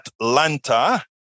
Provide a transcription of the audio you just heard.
Atlanta